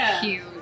cute